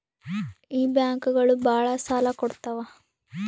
ಈ ಬ್ಯಾಂಕುಗಳು ಭಾಳ ಸಾಲ ಕೊಡ್ತಾವ